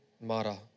Mara